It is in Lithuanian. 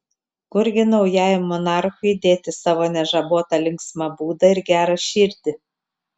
kurgi naujajam monarchui dėti savo nežabotą linksmą būdą ir gerą širdį